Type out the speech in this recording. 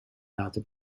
laten